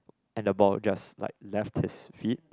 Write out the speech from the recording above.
and the ball just like left his feet